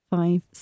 five